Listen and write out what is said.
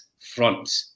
front